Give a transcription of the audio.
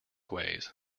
ways